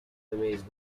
amazed